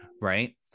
right